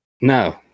no